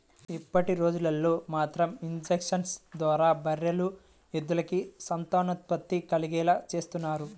ఇప్పటిరోజుల్లో మాత్రం ఇంజక్షన్ల ద్వారా బర్రెలు, ఎద్దులకి సంతానోత్పత్తి కలిగేలా చేత్తన్నారు